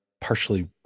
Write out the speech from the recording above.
partially